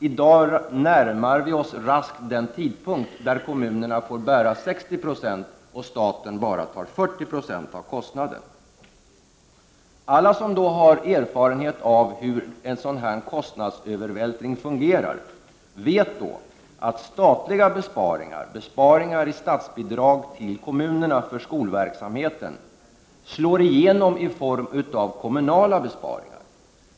I dag närmar vi oss raskt den tidpunkt då kommunerna får bära 60 96 och staten bara 40 76 av kostnaderna. Alla som har erfarenhet av hur en sådan här kostnadsövervältring fungerar vet att statliga besparingar — besparingar i fråga om statsbidragen till kommunerna för skolverksamhet — slår igenom i form av kommunala besparingar.